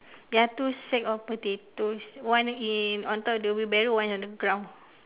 ya two sack of potatoes one in on top of the wheelbarrow one is on the ground